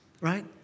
Right